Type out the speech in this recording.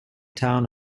town